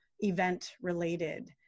event-related